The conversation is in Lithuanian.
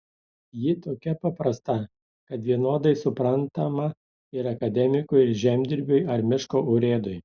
ji tokia paprasta kad vienodai suprantama ir akademikui ir žemdirbiui ar miško urėdui